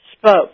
spoke